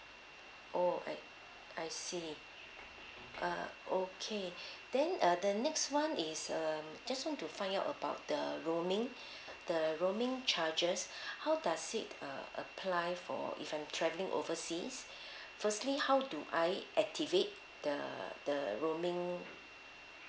oh I I see uh okay then uh the next one is uh just want to find out about the roaming the roaming charges how does it uh apply for if I'm travelling overseas firstly how do I activate the the roaming